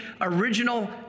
original